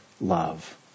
love